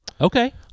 Okay